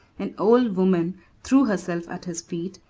an old woman threw herself at his feet,